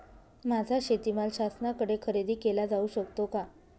माझा शेतीमाल शासनाकडे खरेदी केला जाऊ शकतो का?